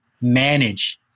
manage